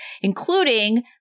including